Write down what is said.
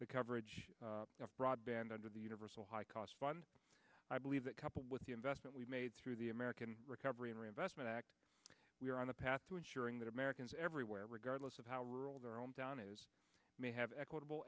the coverage of broadband under the universal high cost fund i believe that coupled with the investment we made through the american recovery and reinvestment act we are on a path to ensuring that americans everywhere regardless of how rural their own town is may have equitable